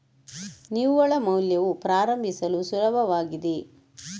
ನಿವ್ವಳ ಮೌಲ್ಯವು ಪ್ರಾರಂಭಿಸಲು ಸುಲಭವಾಗಿದೆ